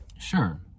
Sure